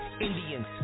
Indians